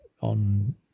on